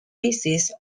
pieces